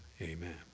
Amen